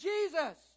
Jesus